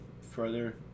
further